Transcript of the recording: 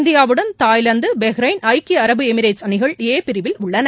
இந்தியாவுடன் Thailand Bahrain ஐக்கிய அரபு எமிரேட்ஸ் அணிகள் ஏ பிரிவில் உள்ளன